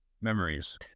memories